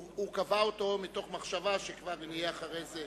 הוא קבע אותו מתוך מחשבה שכבר נהיה אחרי זה.